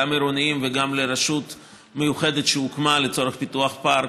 גם לעירוניים וגם לרשות המיוחדת שהוקמה לצורך פיתוח הפארק,